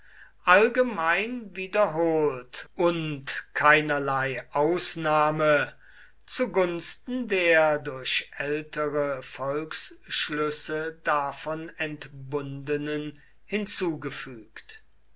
allgemein wiederholt und keinerlei ausnahme zu gunsten der durch ältere volksschlüsse davon entbundenen hinzugefügt